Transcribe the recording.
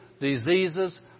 diseases